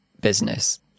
business